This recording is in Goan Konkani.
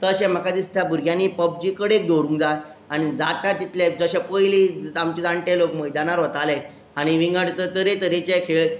तशें म्हाका दिसता भुरग्यांनी पबजी कडेक दवरूंक जाय आनी जाता तितलें जशे पयलीं जा आमचे जाणटे लोक मैदानार वताले आनी विंगड तरे तरेचे खेळ